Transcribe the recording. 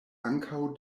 ankaŭ